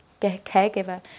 caregiver